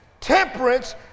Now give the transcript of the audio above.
temperance